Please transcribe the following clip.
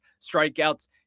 strikeouts